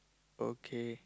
okay